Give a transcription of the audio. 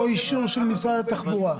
או אישור של משרד התחבורה.